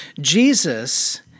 Jesus